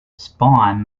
spine